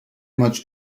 much